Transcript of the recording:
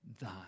thine